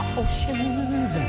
oceans